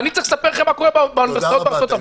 אני צריך לספר לכם מה קורה באוניברסיטאות בארצות-הברית?